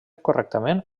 correctament